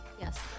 Yes